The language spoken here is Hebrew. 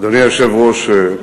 אדוני היושב-ראש,